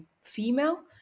female